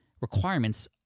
requirements